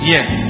Yes